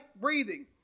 breathing